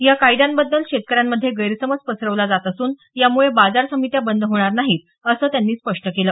या कायद्यांबद्दल शेतकऱ्यांमध्ये गैरसमज पसरवला जात असून यामुळे बाजार समित्या बंद होणार नाहीत असं पंतप्रधानांनी स्पष्ट केलं